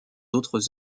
autres